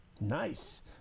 Nice